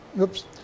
oops